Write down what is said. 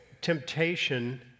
temptation